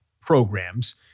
programs